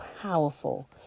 powerful